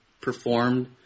performed